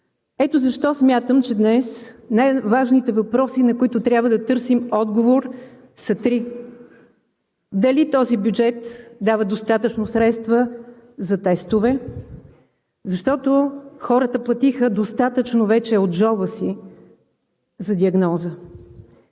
Ето защо смятам, че днес най-важните въпроси, на които трябва да търсим отговор, са три – дали този бюджет дава достатъчно средства за тестове, защото хората платиха достатъчно вече от джоба си за диагноза;